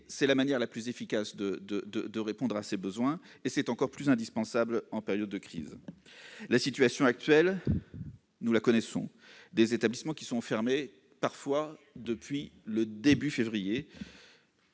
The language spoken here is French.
C'est la manière la plus efficace de répondre aux besoins, et c'est encore plus indispensable en période de crise. La situation actuelle, nous la connaissons : des établissements sont fermés parfois depuis le début du